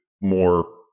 more